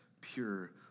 pure